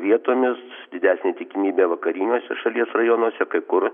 vietomis didesnė tikimybė vakariniuose šalies rajonuose kai kur